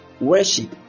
Worship